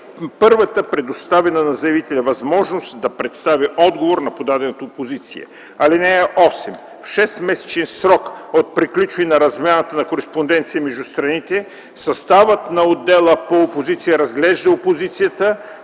първата предоставена на заявителя възможност да представи отговор по подадената опозиция. (8) В 6-месечен срок от приключване на размяната на кореспонденция между страните съставът на отдела по опозиция разглежда опозицията,